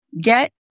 get